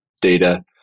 data